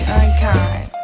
unkind